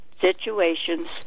situations